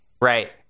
Right